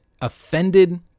offended